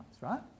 right